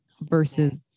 versus